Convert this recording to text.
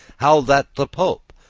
how that the pope,